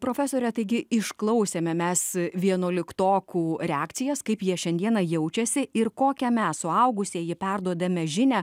profesore taigi išklausėme mes vienuoliktokų reakcijas kaip jie šiandieną jaučiasi ir kokią mes suaugusieji perduodame žinią